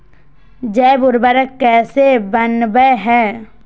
जैव उर्वरक कैसे वनवय हैय?